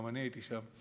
גם אני הייתי משם,